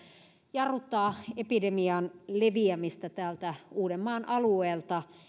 jarruttaa epidemian leviämistä täältä uudenmaan alueelta